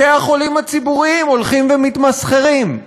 בתי-החולים הציבוריים הולכים ומתמסחרים.